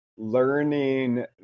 Learning